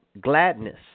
gladness